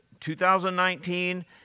2019